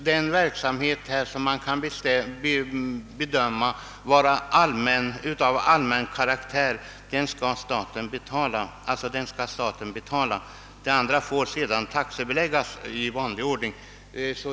Den verksamhet som man kan bedöma vara av allmän karaktär skall staten betala; den Övriga verksamheten får sedan taxebeläggas i vanlig ordning.